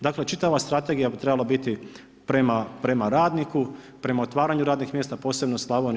Dakle čitava strategija bi trebala biti prema radniku, prema otvaranju radnih mjesta, posebno Slavoniji.